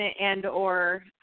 and/or